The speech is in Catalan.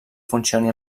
funcioni